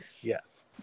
Yes